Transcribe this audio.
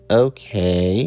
okay